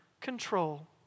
control